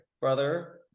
brother